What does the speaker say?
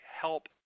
help